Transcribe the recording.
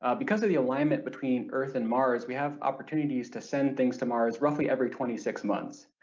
ah because of the alignment between earth and mars we have opportunities to send things to mars roughly every twenty six months,